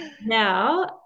Now